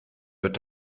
wird